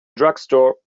drugstore